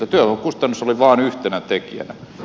työvoimakustannus oli vain yhtenä tekijänä